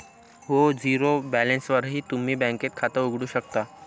हो, झिरो बॅलन्सवरही तुम्ही बँकेत खातं उघडू शकता